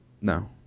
No